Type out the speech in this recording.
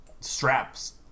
straps